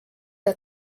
der